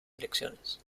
elecciones